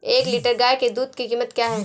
एक लीटर गाय के दूध की कीमत क्या है?